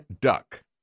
duck